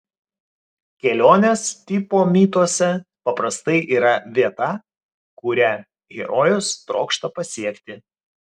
kelionės tipo mituose paprastai yra vieta kurią herojus trokšta pasiekti